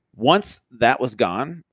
once that was gone,